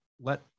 let